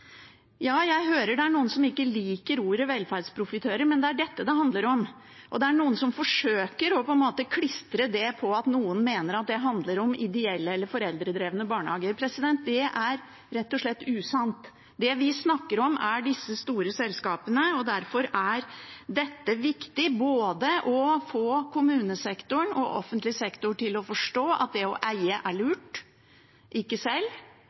Ja, jeg hører det er noen som ikke liker ordet «velferdsprofitører», men det er dette det handler om, og det er noen som forsøker å klistre det på at noen mener det handler om ideelle eller foreldredrevne barnehager. Det er rett og slett usant. Det vi snakker om, er disse store selskapene. Derfor er det viktig å få både kommunesektoren og offentlig sektor til å forstå at det å eie er lurt. Ikke